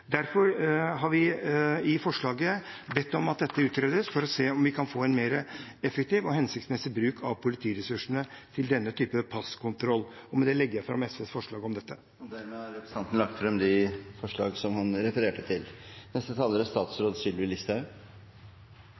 Derfor har vi i forslaget bedt om at dette utredes for å se om vi kan få en mer effektiv og hensiktsmessig bruk av politiressursene i forbindelse med denne typen passkontroll. Med tar jeg opp SVs forslag om dette. Representanten Petter Eide har tatt opp det forslaget han refererte til. Jeg er